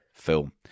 film